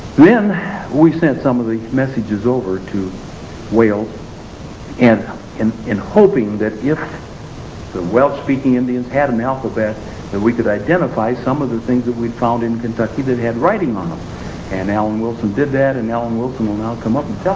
then we sent some of these messages over to wales and in in hoping that if the welsh speaking indians had an alphabet then we could identify some of the things that we found in kentucky that had writing on them and alan wilson did that and alan wilson will now come up